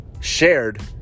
Shared